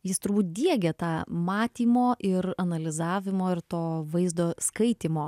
jis turbūt diegia tą matymo ir analizavimo ir to vaizdo skaitymo